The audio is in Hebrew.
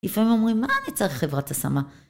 לפעמים אומרים, ‫מה אני צריך חברת השמה?